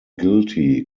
guilty